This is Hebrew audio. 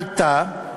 עלתה,